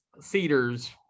cedars